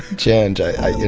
chenj, i, i, you